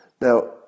now